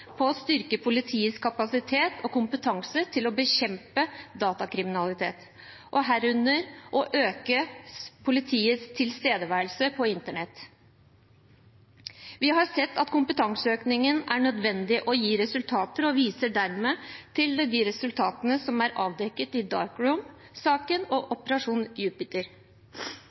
på å styrke politiets kapasitet og kompetanse til å bekjempe datakriminalitet, herunder å øke politiets tilstedeværelse på internett. Vi har sett at kompetanseøkningen er nødvendig og gir resultater, og viser dermed til de resultatene som er avdekket i «Dark Room»-saken og i «Operasjon Jupiter».